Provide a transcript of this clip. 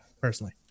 personally